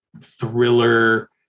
thriller